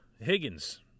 Higgins